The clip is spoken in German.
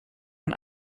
man